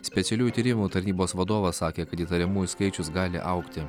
specialiųjų tyrimų tarnybos vadovas sakė kad įtariamųjų skaičius gali augti